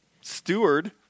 steward